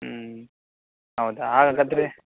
ಹ್ಞೂ ಹೌದ ಹಾಗಾದ್ರೆ